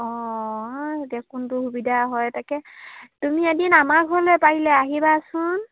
অঁ এতিয়া কোনটো সুবিধা হয় তাকে তুমি এদিন আমাৰ ঘৰলে পাৰিলে আহিবাচোন